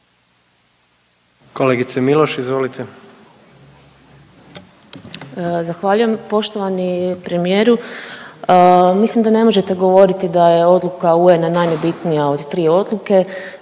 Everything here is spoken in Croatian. Jelena (Možemo!)** Zahvaljujem poštovani premijeru. Mislim da ne možete govoriti da je odluka UN-a najnebitnija od tri odluke.